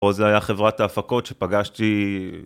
זה היה חברת ההפקות שפגשתי.